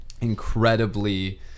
incredibly